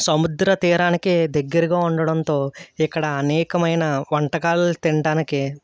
సముద్ర తీరానికి దగ్గరగా ఉండటంతో ఇక్కడ అనేకమైన వంటకాలు తింటానికి